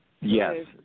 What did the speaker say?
Yes